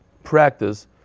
Practice